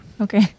Okay